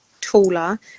taller